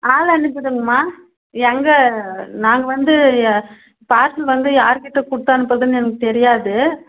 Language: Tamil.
ஆள் அனுப்பி விடுங்கம்மா எங்கே நாங்கள் வந்து பார்சல் வந்து யார் கிட்டே கொடுத்து அனுப்புகிறதுன்னு எனக்கு தெரியாது